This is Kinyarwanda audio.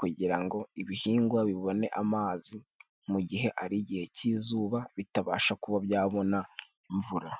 kugira ngo ibihingwa bibone amazi mu gihe ari igihe cy'izuba bitabasha kuba byabona imvura.